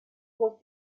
muss